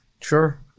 Sure